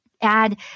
add